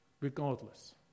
regardless